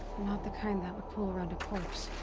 not the kind that would pool around a corpse.